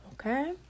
okay